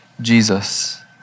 Jesus